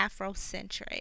Afrocentric